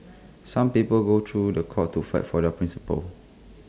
some people go to The Court to fight for their principles